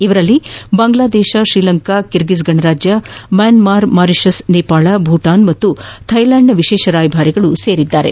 ಇವರಲ್ಲಿ ಬಾಂಗ್ಲಾದೇಶ ಶ್ರೀಲಂಕಾ ಕಿರ್ಗಿಜ್ ಗಣರಾಜ್ಯ Myanmar Mauritius Nepal Bhutan ಹಾಗೂ ಥೈಲಾಂಡ್ನ ವಿಶೇಷ ರಾಯಬಾರಿ ಸೇರಿದ್ದಾರೆ